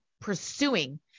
pursuing